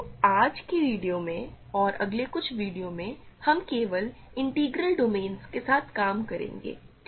तो आज के वीडियो में और अगले कुछ वीडियो में हम केवल इंटीग्रल डोमेन के साथ काम करेंगे ठीक है